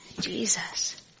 Jesus